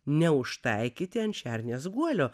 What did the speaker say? neužtaikyti ant šernės guolio